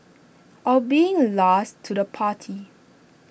or being last to the party